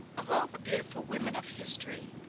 of all the beautiful women of history,